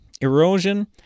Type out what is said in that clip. Erosion